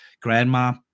grandma